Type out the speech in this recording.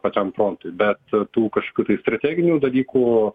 pačiam frontui bet tų kažkokių tai strateginių dalykų